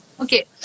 okay